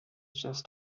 just